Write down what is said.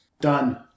Done